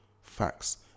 facts